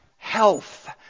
health